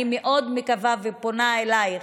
אני מאוד מקווה, ופונה אלייך: